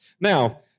Now